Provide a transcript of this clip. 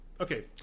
okay